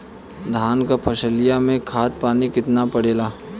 धान क फसलिया मे खाद पानी कितना पड़े ला?